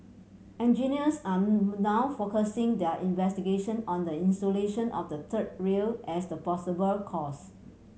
engineers are now focusing their investigation on the insulation of the third rail as the possible cause